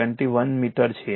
21 metre છે